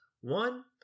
One